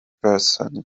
person